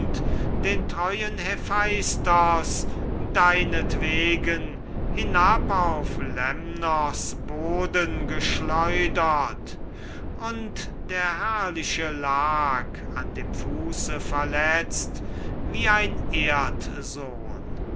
den treuen hephaistos deinetwegen hinab auf lemnos boden geschleudert und der herrliche lag an dem fuße verletzt wie ein